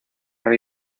rey